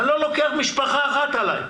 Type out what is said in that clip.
אני לא לוקח משפחה אחת עליי.